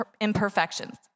imperfections